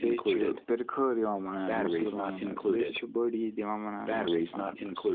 بیٚیہِ چھُ رخٲر یِوان مَناونہٕ مُسَلمانَن مَنٛز بیٚیہِ چھِ بٔڑ عید یِوان مَناونہٕ مُسَلمانَن مَنٛز